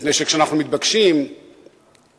מפני שכשאנחנו מתבקשים לתכנן,